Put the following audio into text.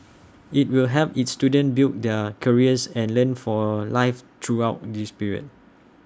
IT will help its students build their careers and learn for life throughout this period